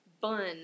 bun